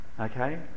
okay